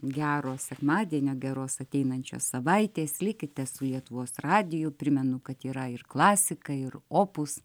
gero sekmadienio geros ateinančios savaitės likite su lietuvos radiju primenu kad yra ir klasika ir opūs